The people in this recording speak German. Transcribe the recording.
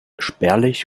spärlich